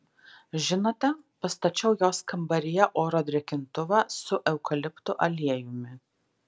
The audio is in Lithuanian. žinote pastačiau jos kambaryje oro drėkintuvą su eukaliptų aliejumi